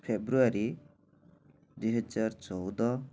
ଫେବୃୟାରୀ ଦୁଇ ହଜାର ଚଉଦ